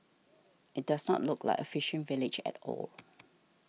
it does not look like a fishing village at all